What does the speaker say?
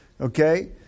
okay